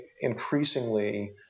increasingly